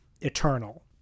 eternal